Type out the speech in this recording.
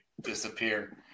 disappear